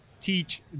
teach